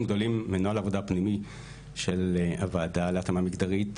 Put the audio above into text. גדולים מנוהל העבודה הפנימי של הוועדה להתאמה מגדרית,